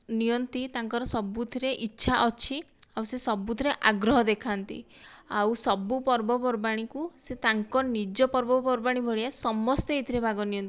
ନିଅନ୍ତି ତାଙ୍କର ସବୁଥିରେ ଇଚ୍ଛା ଅଛି ଆଉ ସେ ସବୁଥିରେ ଆଗ୍ରହ ଦେଖାନ୍ତି ଆଉ ସବୁ ପର୍ବ ପର୍ବାଣୀକୁ ସେ ତାଙ୍କ ନିଜ ପର୍ବ ପର୍ବାଣୀ ଭଳିଆ ସମସ୍ତେ ଏଥିରେ ଭାଗ ନିଅନ୍ତି